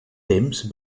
temps